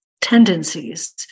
tendencies